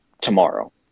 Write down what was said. tomorrow